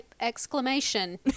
exclamation